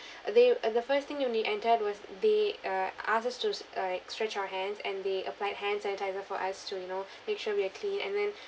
they uh the first thing when you entered was they uh asks us to s~ like stretch our hands and they applied hand sanitizer for us to you know make sure we are clean and then